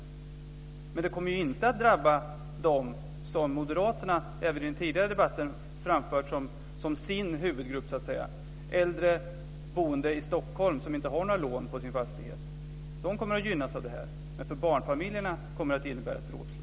Men det kommer inte att drabba dem som moderaterna även i den tidigare debatten framfört som sin huvudgrupp: äldre, boende i Stockholm och som inte har några lån på sin fastighet. De kommer att gynnas av det här. Men för barnfamiljerna kommer det att innebära ett dråpslag.